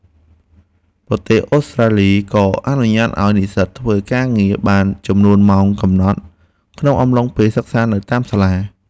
ប្រទេសអូស្ត្រាលីក៏អនុញ្ញាតឱ្យនិស្សិតធ្វើការងារបានចំនួនម៉ោងកំណត់ក្នុងអំឡុងពេលសិក្សានៅតាមសាលា។